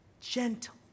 gentle